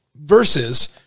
versus